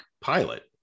pilot